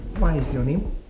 what is your name